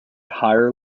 higher